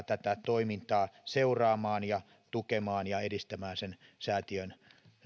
tätä toimintaa seuraamaan ja tukemaan ja edistämään säätiön